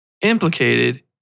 implicated